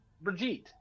Brigitte